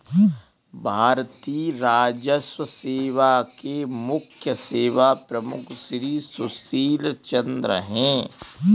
भारतीय राजस्व सेवा के मुख्य सेवा प्रमुख श्री सुशील चंद्र हैं